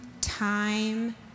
time